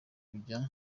kujya